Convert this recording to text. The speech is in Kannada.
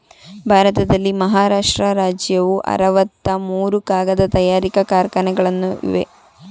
ಭಾರತದಲ್ಲಿ ಮಹಾರಾಷ್ಟ್ರ ರಾಜ್ಯವು ಅರವತ್ತ ಮೂರು ಕಾಗದ ತಯಾರಿಕಾ ಕಾರ್ಖಾನೆಗಳನ್ನು ಇವೆ